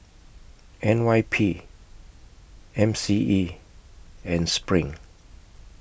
N Y P M C E and SPRING